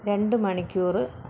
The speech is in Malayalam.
രണ്ട് മണിക്കൂറ്